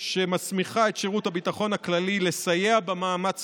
שמסמיכה את שירות הביטחון הכללי לסייע במאמץ